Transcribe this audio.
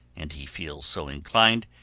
and he feels so inclined,